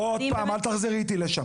לא, עוד פעם, אל תחזרי איתי לשם.